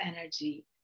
energy